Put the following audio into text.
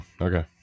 okay